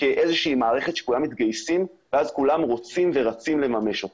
כאיזושהי מערכת שכולם מתגייסים ואז כולם רוצים ורצים לממש אותה.